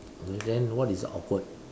but then what is awkward